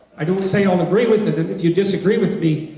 i don't say i'll agree with it and if you disagree with me,